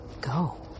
go